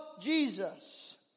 Jesus